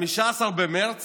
ב-15 במרץ